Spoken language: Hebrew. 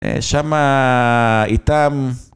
שם איתם...